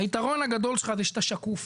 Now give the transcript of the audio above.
היתרון הגדול שלך זה שאתה שקוף